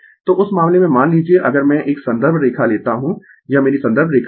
तो उस मामले में मान लीजिये अगर मैं एक संदर्भ रेखा लेता हूं यह मेरी संदर्भ रेखा है